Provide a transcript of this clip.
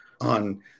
On